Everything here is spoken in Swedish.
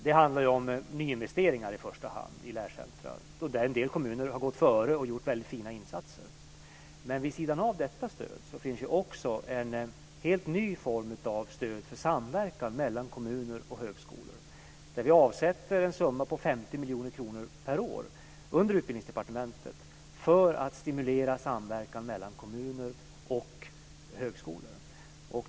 Det handlar i första hand om nyinvesteringar där en del kommuner har gått före och gjort fina insatser. Vid sidan av detta stöd finns också en helt ny form av stöd för samverkan mellan kommuner och högskolor. Vi avsätter under Utbildningsdepartementet en summa på 50 miljoner kronor per år för att stimulera samverkan mellan kommuner och högskolor.